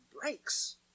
breaks